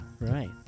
right